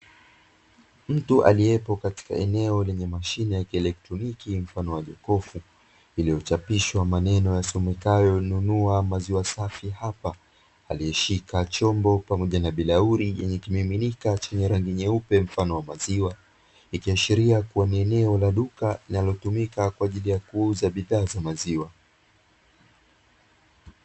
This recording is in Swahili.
Mtu aliyepo katika eneo lenye mashine ya kielektroniki, mfano wa jokofu. Iliyochapishwa maneno yasomekayo, "Nunua maziwa safi hapa". Aliyeshika chombo pamoja na bilauri yenye kimiminika chenye rangi nyeupe, mfano wa maziwa; ikiashiria kuwa ni eneo la duka linalotumika kwa ajili ya kuuza bidhaa za maziwa.